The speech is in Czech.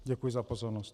Děkuji za pozornost.